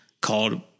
called